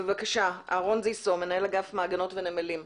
רוני זיסו, מנהל אגף מעגנות ונמלים,